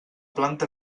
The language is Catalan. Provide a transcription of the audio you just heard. planta